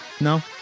No